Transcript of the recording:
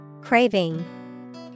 Craving